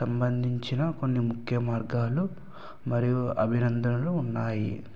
సంబంధించిన కొన్ని ముఖ్య మార్గాలు మరియు అభినందనలు ఉన్నాయి